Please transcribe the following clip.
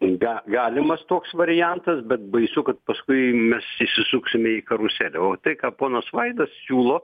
ga galimas toks variantas bet baisu kad paskui mes įsisuksime į karuselę o tai ką ponas vaidas siūlo